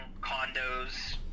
condos